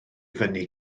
fyny